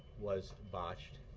was botched,